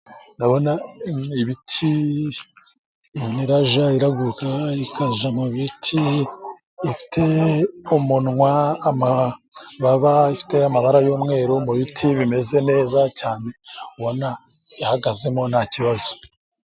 Ndabona ibit, inuma ijya iguruka ikajya mu biti, ifite umunwa, amababa, ifite amabara y'umweru mu biti bimeze neza cyane, ubona ihagazemo nta kibazo.